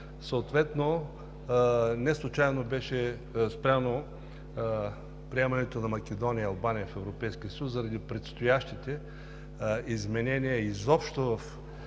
съответно неслучайно беше спряно приемането на Македония и Албания в Европейския съюз заради предстоящите изменения изобщо в